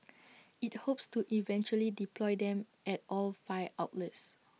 IT hopes to eventually deploy them at all five outlets